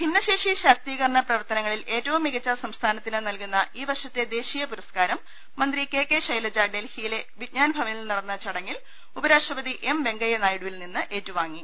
ഭിന്നശേഷി ശാക്തീകരണ പ്രവർത്തനങ്ങളിൽ ഏറ്റവും മികച്ച സംസ്ഥാനത്തിന് നൽകുന്ന ഈ വർഷത്തെ ദേശീയ പുരസ്കാരം മന്ത്രി കെ കെ ശൈലജ ഡൽഹിയിലെ വിജ്ഞാൻഭവനിൽ നടന്ന ചടങ്ങിൽ ഉപരാഷ്ട്രപതി എം വെങ്കയ്യ നായിഡുവിൽ നിന്ന് ഏറ്റു വാങ്ങി